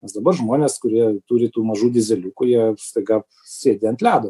nes dabar žmonės kurie turi tų mažų dyzeliukų jie staiga sėdi ant ledo